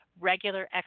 regular